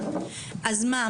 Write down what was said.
אז מה,